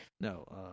No